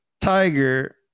Tiger